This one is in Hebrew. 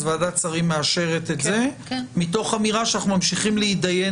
אז ועדת השרים מאשרת את זה מתוך אמירה שאנחנו ממשיכים להתדיין